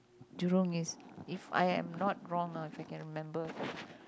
Jurong-East if I am not wrong ah if I can remember